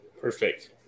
Perfect